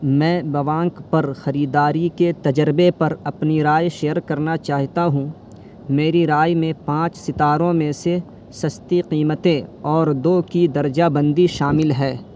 میں دوانک پر خریداری کے تجربے پر اپنی رائے شیئر کرنا چاہتا ہوں میری رائے میں پانچ ستاروں میں سے سستی قیمتیں اور دو کی درجہ بندی شامل ہے